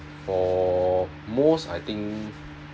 for most I think